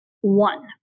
one